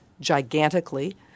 gigantically